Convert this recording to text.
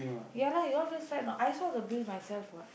ya lah you all just write I saw the bill myself what